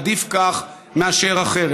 עדיף כך מאשר אחרת.